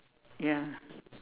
ya